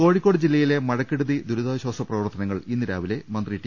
കോഴിക്കോട് ജില്ലയിലെ മഴക്കെടുതി ദുരിതാശ്ചാസ പ്രവർത്ത നങ്ങൾ ഇന്ന് രാവിലെ മന്ത്രി ടി